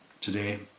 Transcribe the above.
today